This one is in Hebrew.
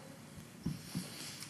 השאילתה.